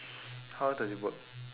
how does it work